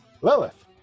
Lilith